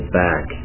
back